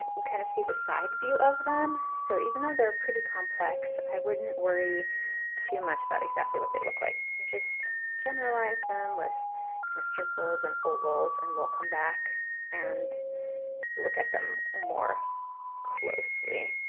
and you kind of see the side view of them. so even though there are pretty complex, i wouldn't worry too much about exactly what they look like. just generalize them with kind of circles and ovals and we'll come back and look at them more closely.